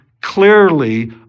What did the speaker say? clearly